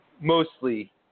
mostly